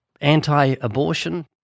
Anti-abortion